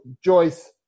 Joyce